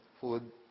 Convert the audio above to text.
food